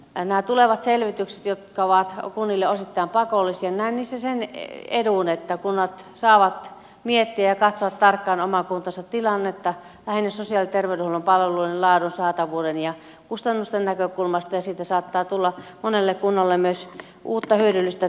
näissä tulevissa selvityksissä jotka ovat kunnille osittain pakollisia näen sen edun että kunnat saavat miettiä ja katsoa tarkkaan oman kuntansa tilannetta lähinnä sosiaali ja terveydenhuollon palvelujen laadun saatavuuden ja kustannusten näkökulmasta ja siitä saattaa tulla monelle kunnalle myös uutta hyödyllistä tietoa